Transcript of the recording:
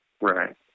Right